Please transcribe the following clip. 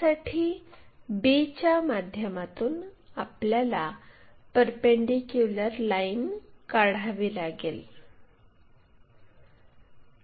त्यासाठी b च्या माध्यमातून आपल्याला परपेंडीक्युलर लाईन काढावी लागेल